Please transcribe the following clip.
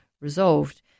resolved